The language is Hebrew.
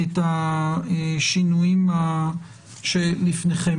(תיקון), התשפ"ב-2021.